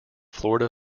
florida